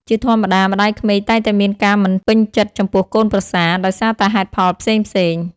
ជាធម្មតា ម្តាយក្មេកតែងតែមានការមិនពេញចិត្តចំពោះកូនប្រសា ដោយសារតែហេតុផលផ្សេងៗ។